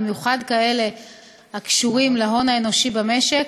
במיוחד כאלה הקשורים להון האנושי במשק,